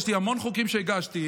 יש לי המון חוקים שהגשתי,